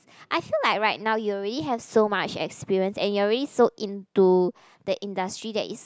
I feel like right now you already have so much experience and you are already so into that industry that is